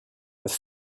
with